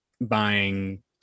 buying